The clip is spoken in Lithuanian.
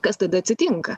kas tada atsitinka